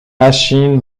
machine